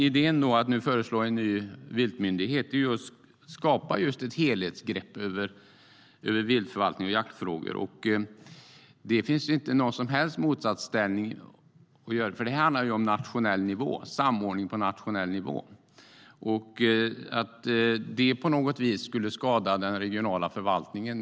Idén med att föreslå en ny viltmyndighet är att skapa just ett helhetsgrepp över viltförvaltning och jaktfrågor. Det handlar om samordning på nationell nivå. Det står inte i motsatsställning till den regionala förvaltningen, och det stämmer inte att det skulle kunna skada den regionala förvaltningen.